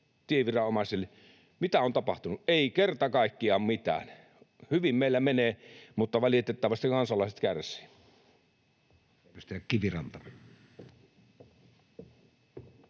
tieviranomaisille. Mitä on tapahtunut? Ei kerta kaikkiaan mitään. Hyvin meillä menee, mutta valitettavasti kansalaiset kärsii.